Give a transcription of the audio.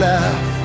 Laugh